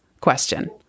question